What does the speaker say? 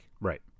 Right